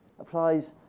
applies